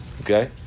Okay